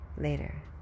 later